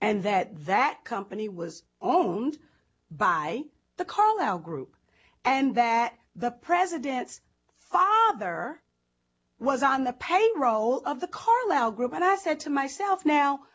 and that that company was own by the carlyle group and that the president's father was on the payroll of the carlyle group and i said to myself now